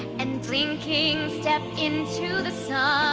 and blinking step into the sun.